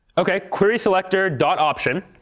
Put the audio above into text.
ok, query selector dot option,